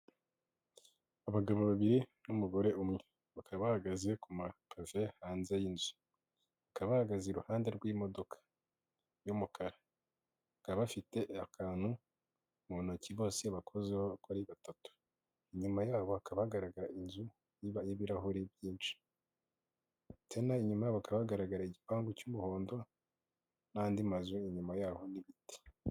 Abagabo babiri n'umugore umwe bakaba bahagaze ku ma Pave hanze y'inzu, bakaba bahagaze iruhande rw'imodoka y'umukara, bakaba bafite akantu mu ntoki bose bakozeho uko ari batatu, inyuma yabo hakaba hagaragara inzu y'ibirahuri byinshi, tena inyuma yabo hakaba hagaragara igipangu cy'umuhondo n'andi mazu inyuma y'aho n'ibiti.